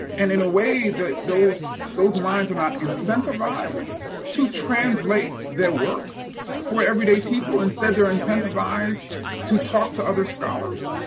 and in a way, those those minds are not incentivized to translate their work for everyday people. instead, they're incentivized to talk to other scholars.